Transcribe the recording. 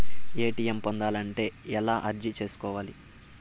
ATM పొందాలంటే ఎలా అర్జీ సేసుకోవాలి?